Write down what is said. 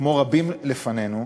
כמו רבים לפנינו,